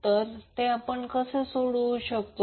तर आपण कसे सोडवू या